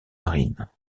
marine